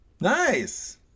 Nice